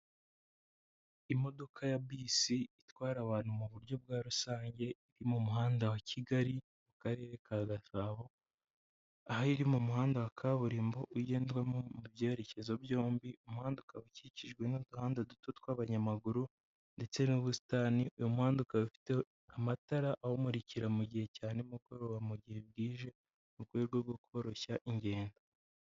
Imodoka ya bisi itwara abantu mu buryo bwa rusange iri mu muhanda wa Kigali mu karere ka Gasabo ahiri mu muhanda wa kaburimbo ugendwamo mu byerekezo byombi umuhanda ukaba ukikijwe n'uduhanda duto tw'abanyamaguru ndetse n'ubusitani uyu muhanda ukaba ufite amatara awumurikira mugihe cya nimugoroba mu gihe bwije mu rwego rwo koroshya ingendo.